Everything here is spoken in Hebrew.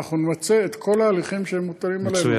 אנחנו נמצה את כל ההליכים שמוטלים עלינו.